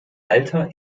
alter